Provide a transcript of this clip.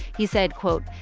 he said, quote,